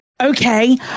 Okay